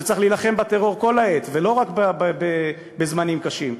שצריך להילחם בטרור כל העת ולא רק בזמנים קשים.